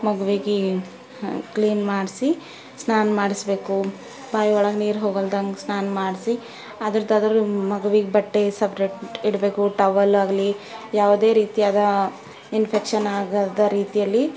ಮಗುವಿಗೆ ಕ್ಲೀನ್ ಮಾಡಿಸಿ ಸ್ನಾನ ಮಾಡಿಸ್ಬೇಕು ಬಾಯಿಯೊಳಗೆ ನೀರು ಹೋಗಲ್ದಾಂಗೆ ಸ್ನಾನ ಮಾಡಿಸಿ ಅದ್ರದ್ದು ಅದ್ರ ಮಗುವಿಗೆ ಬಟ್ಟೆ ಸಪ್ರೇಟ್ ಇಡಬೇಕು ಟವೆಲ್ ಆಗಲಿ ಯಾವುದೇ ರೀತಿಯಾದ ಇನ್ಫೆಕ್ಷನ್ ಆಗದ ರೀತಿಯಲ್ಲಿ